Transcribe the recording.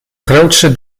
grootse